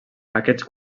aquests